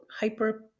hyper